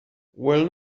will